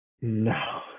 No